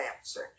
answer